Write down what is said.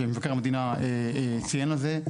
שמבקר המדינה ציין את זה.